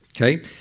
okay